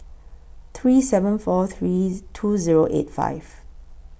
three seven four three two Zero eight five